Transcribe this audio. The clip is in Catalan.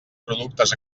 productes